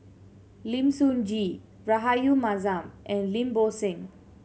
Lim Sun Gee Rahayu Mahzam and Lim Bo Seng